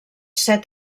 set